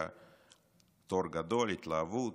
היה תור גדול, התלהבות,